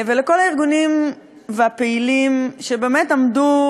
ולכל הארגונים והפעילים שבאמת עמדו